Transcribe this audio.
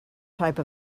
type